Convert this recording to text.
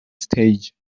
stage